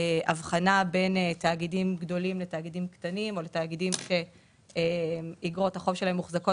הבחנה בין תאגידים גדולים לתאגידים קטנים שאגרות החוב שלהם מוחזקים